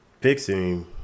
fixing